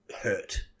hurt